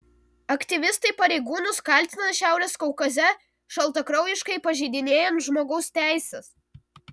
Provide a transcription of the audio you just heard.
aktyvistai pareigūnus kaltina šiaurės kaukaze šaltakraujiškai pažeidinėjant žmogaus teises